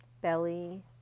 belly